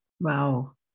Wow